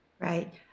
Right